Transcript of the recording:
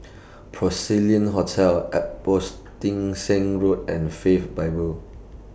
Porcelain Hotel Road and Faith Bible